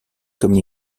comme